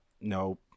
no